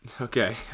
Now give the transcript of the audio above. Okay